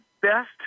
best